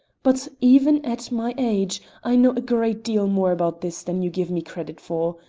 but even at my age i know a great deal more about this than you give me credit for.